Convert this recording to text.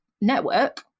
network